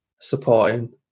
supporting